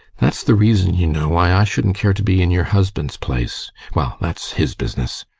that's the reason, you know, why i shouldn't care to be in your husband's place well, that's his business!